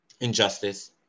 Injustice